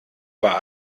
war